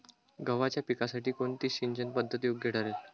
गव्हाच्या पिकासाठी कोणती सिंचन पद्धत योग्य ठरेल?